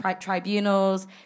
tribunals